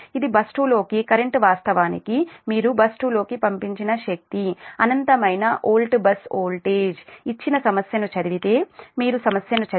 ఇప్పుడు బస్ 2 లోకి కరెంట్ వాస్తవానికి మీరు బస్సు 2 లోకి పంపిన శక్తి అనంతమైన వోల్ట్ బస్ వోల్టేజ్ ఇచ్చిన సమస్యను చదివితే మీరు సమస్యను చదివితే 1 p